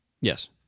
yes